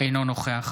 אינו נוכח